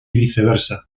viceversa